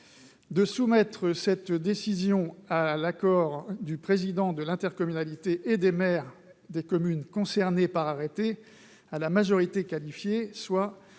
de soumettre cette décision à l'accord du président de l'intercommunalité et des maires des communes concernées par arrêté, à la majorité qualifiée, soit